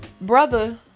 Brother